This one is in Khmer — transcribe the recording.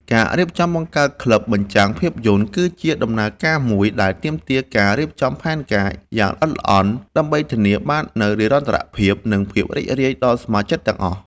ការរៀបចំបង្កើតក្លឹបបញ្ចាំងភាពយន្ត គឺជាដំណើរការមួយដែលទាមទារការរៀបចំផែនការយ៉ាងល្អិតល្អន់ ដើម្បីធានាបាននូវនិរន្តរភាព និងភាពរីករាយដល់សមាជិកទាំងអស់។